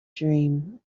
dream